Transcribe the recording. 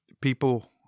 People